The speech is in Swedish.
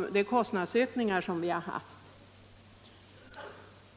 täcker kostnadsökningarna.